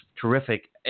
Terrific